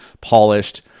polished